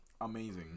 amazing